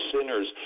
sinners